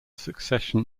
succession